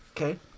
Okay